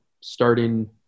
starting